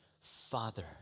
Father